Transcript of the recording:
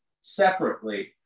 separately